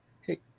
Hey